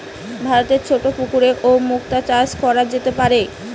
ভারতে ছোট পুকুরেও মুক্তা চাষ কোরা যেতে পারে